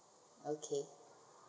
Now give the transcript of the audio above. okay